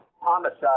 homicide